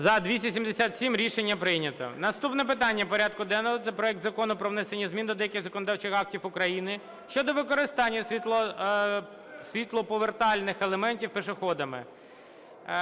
За-277 Рішення прийнято. Наступне питання порядку денного – це проект Закону про внесення змін до деяких законодавчих актів України щодо використання світлоповертальних елементів пішоходами